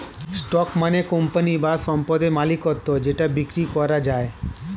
stock মানে company বা সম্পদের মালিকত্ব যেটা বিক্রি করা যায়